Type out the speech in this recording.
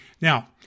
Now